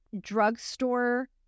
drugstore